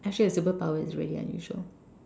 actually a superpower is already unusual